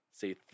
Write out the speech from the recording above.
See